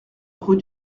rue